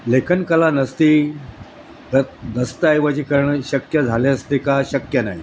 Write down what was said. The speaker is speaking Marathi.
लेखनकला नसती तर दस्तऐवजीकरण करणं शक्य झाले असते का शक्य नाही